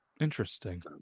Interesting